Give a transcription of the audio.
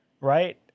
right